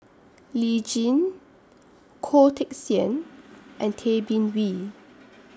Lee Tjin Goh Teck Sian and Tay Bin Wee